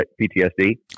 PTSD